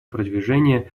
продвижения